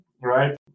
right